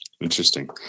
Interesting